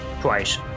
Twice